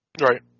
Right